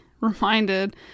reminded